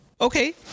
okay